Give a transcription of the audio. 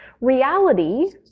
reality